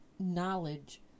knowledge